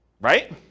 right